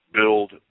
build